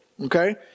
okay